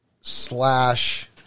slash